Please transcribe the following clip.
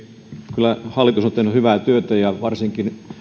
kyllä hallitus on tehnyt hyvää työtä ja varsinkin